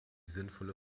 sinnvolle